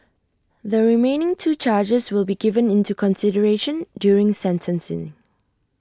the remaining two charges will be given into consideration during sentencing